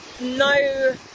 no